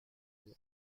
mir